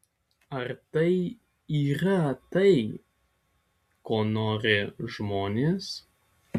ar tai yra tai ko nori žmonės